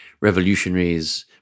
revolutionaries